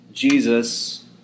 Jesus